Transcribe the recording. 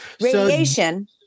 Radiation